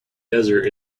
desert